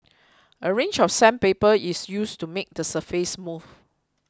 a range of sandpaper is used to make the surface smooth